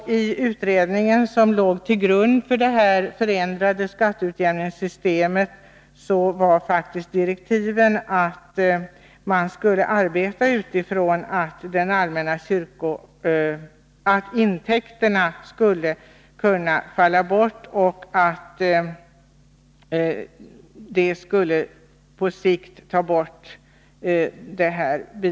Den utredning som låg till grund för det förändrade skatteutjämningssystemet hade faktiskt direktiv att arbeta utifrån att intäkterna skulle kunna falla bort på sikt.